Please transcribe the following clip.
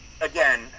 again